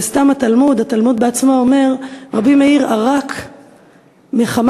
התלמוד בעצמו אומר: רבי מאיר ערק מחמת